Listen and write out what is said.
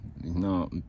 No